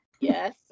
Yes